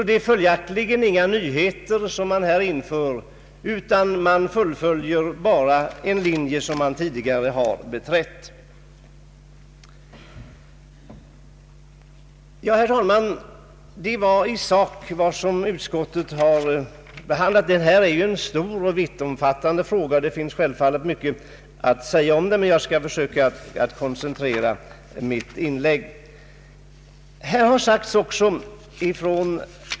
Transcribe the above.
Det är följaktligen inte några nyheter som här införes, utan man fortsätter bara på en väg som man tidigare har beträtt. Ja, herr talman, detta var i sak vad utskottet har behandlat. Det gäller en stor och vittomfattande fråga, och det finns självfallet mycket att säga om den. Jag skall dock försöka att koncentrera mitt inlägg.